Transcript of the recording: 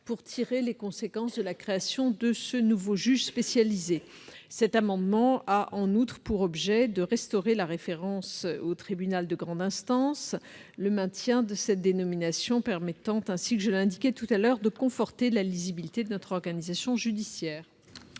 pour tirer les conséquences de la création de ce nouveau juge spécialisé. Cet amendement a en outre pour objet de restaurer la référence au tribunal de grande instance, le maintien de cette dénomination permettant, ainsi que je l'ai déjà expliqué, de conforter la lisibilité de notre organisation judiciaire.